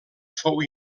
fou